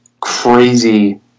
crazy